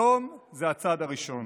היום זה הצעד הראשון.